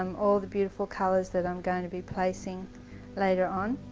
um all the beautiful colours that i'm going to be placing later on.